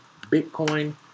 Bitcoin